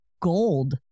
gold